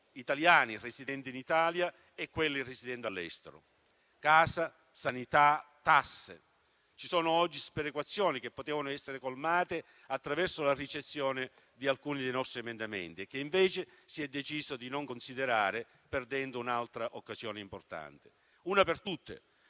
italiani residenti in Italia e di quelli residenti all'estero. Casa, sanità, tasse: ci sono oggi sperequazioni che potevano essere colmate attraverso la ricezione di alcuni dei nostri emendamenti e che invece si è deciso di non considerare, perdendo un'altra occasione importante. Una per tutte: